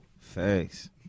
Thanks